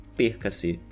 perca-se